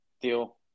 deal